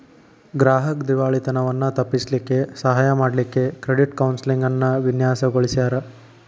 ಗ್ರಾಹಕ್ರ್ ದಿವಾಳಿತನವನ್ನ ತಪ್ಪಿಸ್ಲಿಕ್ಕೆ ಸಹಾಯ ಮಾಡ್ಲಿಕ್ಕೆ ಕ್ರೆಡಿಟ್ ಕೌನ್ಸೆಲಿಂಗ್ ಅನ್ನ ವಿನ್ಯಾಸಗೊಳಿಸ್ಯಾರ್